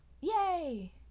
yay